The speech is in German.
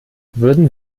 würden